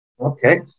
Okay